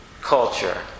culture